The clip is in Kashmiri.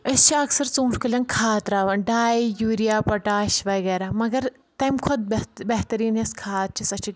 أسۍ چھِ اَکثر ژوٗنٹھۍ کُلؠن کھاد تراوان ڈاے یوٗرِیا پوٹاش وَغیرہ مَگر تمہِ کھۄتہٕ بہتریٖن یۄس کھاد چھِ سۄ چھِ